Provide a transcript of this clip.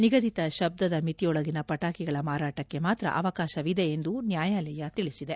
ನಿಗದಿತ ಶಬ್ದದ ಮಿತಿಯೊಳಗಿನ ಪಟಾಕಿಗಳ ಮಾರಾಟಕ್ಕೆ ಮಾತ್ರ ಅವಕಾಶವಿದೆ ಎಂದೂ ನ್ಯಾಯಾಲಯ ತಿಳಿಸಿದೆ